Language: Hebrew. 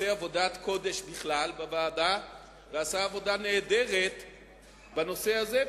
שעושה עבודת קודש בכלל בוועדה ועשה עבודה נהדרת בנושא הזה,